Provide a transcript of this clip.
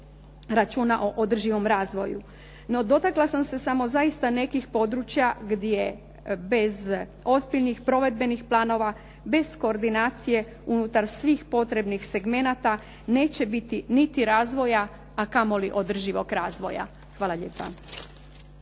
računa o održivom razvoju. No, dotakla sam se samo zaista nekih područja gdje bez ozbiljnih provedbenih planova, bez koordinacije unutar svih potrebnih segmenata neće biti niti razvoja, a kamoli održivog razvoja. Hvala lijepa.